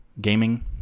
gaming